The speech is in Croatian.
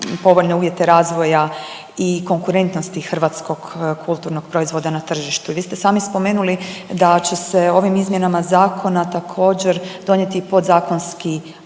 povoljne uvjete razvoja i konkurentnosti hrvatskog kulturnog proizvoda na tržištu. I vi ste sami spomenuli da će se ovim izmjenama zakona također donijeti i podzakonski